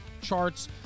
charts